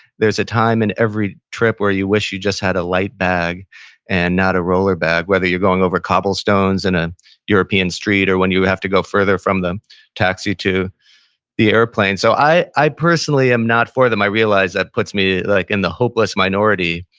there's a time in every trip where you wish you just had a light bag and not a roller bag, whether you're going over cobblestones in a european street or when you have to go further from the taxi to the airplane so i i personally am not for them. i realize that puts me like in the hopeless minority,